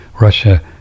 Russia